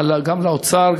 גם לאוצר,